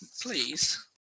please